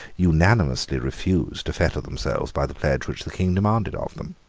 unanimously refused to fetter themselves by the pledge which the king demanded of them.